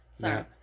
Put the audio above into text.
Sorry